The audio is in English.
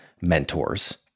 mentors